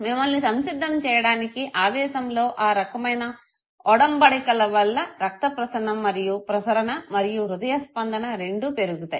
మిమ్మల్ని సంసిద్ధం చేయడానికి ఆవేశంలో ఆ రకమైన ఒడంబడికవళ్ళ రక్తప్రసరణ మరియు హృదయస్పందన రెండూ పెరుగుతాయి